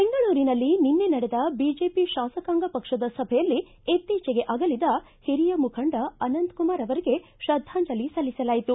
ಬೆಂಗಳೂರಿನಲ್ಲಿ ನಿನ್ನೆ ನಡೆದ ಬಿಜೆಪಿ ಶಾಸಕಾಂಗ ಪಕ್ಷದ ಸಭೆಯಲ್ಲಿ ಇತ್ತೀಚೆಗೆ ಅಗಲಿದ ಹಿರಿಯ ಮುಖಂಡ ಅನಂತಕುಮಾರ್ ಅವರಿಗೆ ತ್ರದ್ದಾಂಜಲಿ ಸಲ್ಲಿಸಲಾಯಿತು